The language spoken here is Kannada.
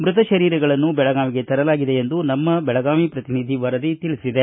ಮೃತರ ಶರೀರಗಳನ್ನು ಬೆಳಗಾವಿಗೆ ತರಲಾಗಿದೆ ಎಂದು ನಮ್ಮ ಬೆಳಗಾವಿ ಪ್ರತಿನಿಧಿ ವರದಿ ತಿಳಿಸಿದೆ